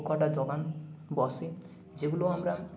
কটা দোকান বসে যেগুলো আমরা